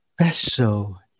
special